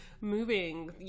moving